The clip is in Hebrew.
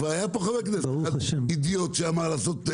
כבר היה פה חבר כנסת אדיוט אחד שאמר להוריד,